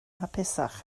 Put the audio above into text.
hapusach